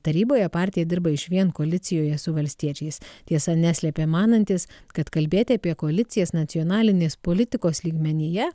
taryboje partija dirba išvien koalicijoje su valstiečiais tiesa neslėpė manantis kad kalbėti apie koalicijas nacionalinės politikos lygmenyje